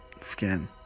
skin